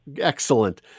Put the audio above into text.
Excellent